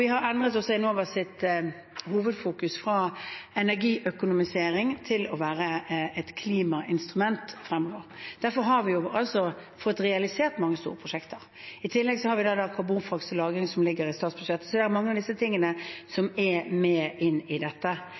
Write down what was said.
har også endret Enovas hovedfokus fra energiøkonomisering til å være et klimainstrument fremover. Derfor har vi altså fått realisert mange store prosjekter. I tillegg har vi karbonfangst og -lagring, som ligger i statsbudsjettet. Det er mange av disse tingene som er med inn i dette.